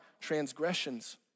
transgressions